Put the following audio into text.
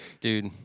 Dude